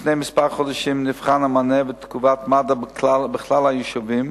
שלפני כמה חודשים נבחנו המענה ותגובת מגן-דוד-אדום בכלל היישובים.